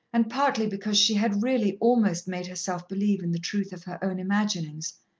and partly because she had really almost made herself believe in the truth of her own imaginings,